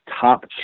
top